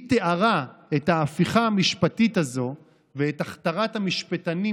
תיארה את ההפיכה המשפטית הזו ואת הכתרת המשפטנים